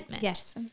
Yes